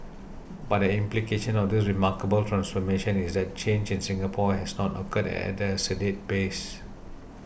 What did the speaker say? but an implication of this remarkable transformation is that change in Singapore has not occurred at a sedate pace